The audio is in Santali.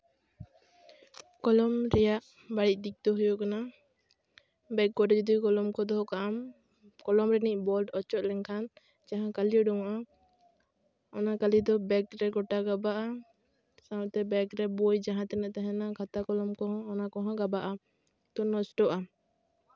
ᱠᱚᱞᱚᱢ ᱨᱮᱭᱟᱜ ᱵᱟᱹᱲᱤᱡ ᱫᱤᱠ ᱫᱚ ᱦᱩᱭᱩᱜ ᱠᱟᱱᱟ ᱵᱮᱜᱽ ᱠᱚᱨᱮ ᱡᱩᱫᱤ ᱠᱚᱞᱚᱢ ᱠᱚ ᱫᱚᱦᱚ ᱠᱟᱜᱼᱟᱢ ᱠᱚᱞᱚᱢ ᱨᱤᱱᱤᱡ ᱵᱚᱞᱴ ᱚᱪᱚᱜ ᱞᱮᱱᱠᱷᱟᱱ ᱡᱟᱦᱟᱸ ᱠᱟᱹᱞᱤ ᱚᱰᱚᱝᱚᱜᱼᱟ ᱚᱱᱟ ᱠᱟᱹᱞᱤ ᱫᱚ ᱵᱮᱜᱽᱨᱮ ᱜᱚᱴᱟ ᱜᱟᱵᱟᱜᱼᱟ ᱥᱟᱣᱛᱮ ᱵᱮᱜᱽ ᱨᱮ ᱵᱳᱭ ᱡᱟᱦᱟᱸ ᱛᱤᱱᱟᱹᱜ ᱛᱟᱦᱮᱱᱟ ᱠᱷᱟᱛᱟ ᱠᱚᱞᱚᱢ ᱠᱚᱦᱚᱸ ᱚᱱᱟ ᱠᱚᱦᱚᱸ ᱜᱟᱵᱟᱜᱼᱟ ᱛᱚ ᱱᱚᱥᱴᱚᱜᱼᱟ